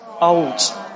old